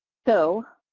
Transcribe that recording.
so